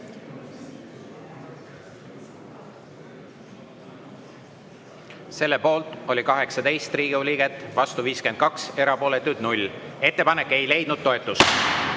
Selle poolt oli 18 Riigikogu liiget, vastu 52, erapooletuid 0. Ettepanek ei leidnud toetust.